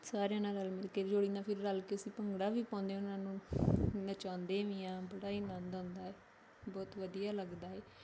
ਸਾਰਿਆਂ ਨਾਲ ਰਲ ਮਿਲ ਕੇ ਜੋੜੀ ਨਾਲ ਫਿਰ ਰਲ ਕੇ ਅਸੀਂ ਭੰਗੜਾ ਵੀ ਪਾਉਂਦੇ ਉਹਨਾਂ ਨੂੰ ਨਚਾਉਂਦੇ ਵੀ ਹਾਂ ਬੜਾ ਹੀ ਆਨੰਦ ਆਉਂਦਾ ਹੈ ਬਹੁਤ ਵਧੀਆ ਲੱਗਦਾ ਹੈ